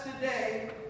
today